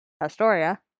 Astoria